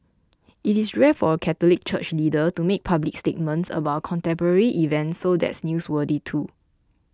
it is rare for a Catholic church leader to make public statements about a contemporary event so that's newsworthy too